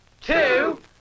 two